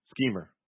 Schemer